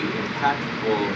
impactful